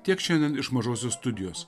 tiek šiandien iš mažosios studijos